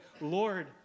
Lord